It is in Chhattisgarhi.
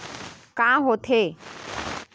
का होथे?